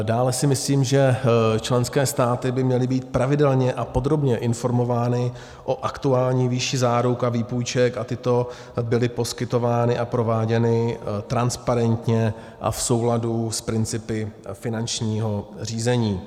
Dále si myslím, že členské státy by měly být pravidelně a podrobně informovány o aktuální výši záruk a výpůjček a tyto byly poskytovány a prováděny transparentně a v souladu s principy finančního řízení.